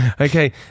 Okay